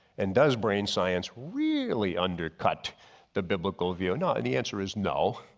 and does brain science really undercut the biblical view. no, the answer is no.